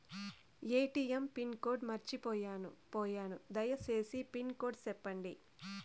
ATM pin code మర్చిపోయాను పోయాను దయసేసి పిన్ కోడ్ సెప్పండి?